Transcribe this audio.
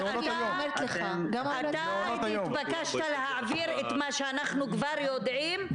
אבל התבקשת להעביר את מה שאנחנו כבר יודעים,